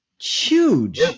huge